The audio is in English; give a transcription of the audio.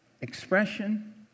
expression